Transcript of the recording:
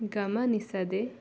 ಗಮನಿಸದೆ